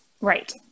Right